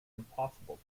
impossible